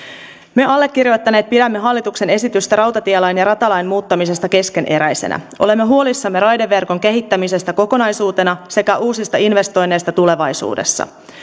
me allekirjoittaneet pidämme hallituksen esitystä rautatielain ja ratalain muuttamisesta keskeneräisenä olemme huolissamme raideverkon kehittämisestä kokonaisuutena sekä uusista investoinneista tulevaisuudessa